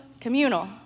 communal